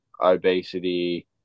obesity